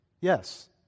Yes